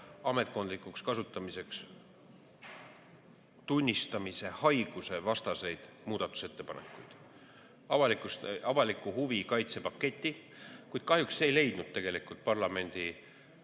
ametkondlikuks kasutamiseks tunnistamise haiguse vastaseid muudatusettepanekuid, avaliku huvi kaitse paketi. Kuid kahjuks ei leidnud see parlamendi